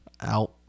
Out